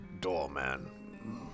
doorman